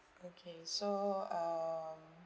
okay so um